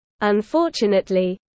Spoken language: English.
Unfortunately